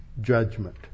judgment